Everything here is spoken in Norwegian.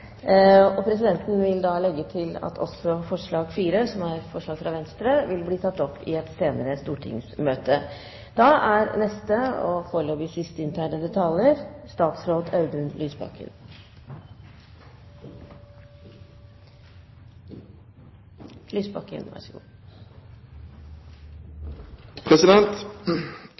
Presidenten vil legge til at forslag nr. 4, som er forslaget fra Venstre, vil bli tatt opp i et senere stortingsmøte. Stortinget behandler i dag viktige endringer i barnevernloven og